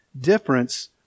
difference